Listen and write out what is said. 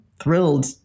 thrilled